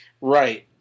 Right